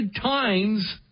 times